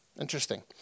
Interesting